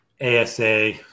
ASA